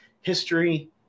history